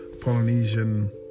Polynesian